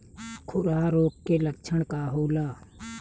खुरहा रोग के लक्षण का होला?